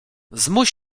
zmuś